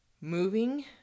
moving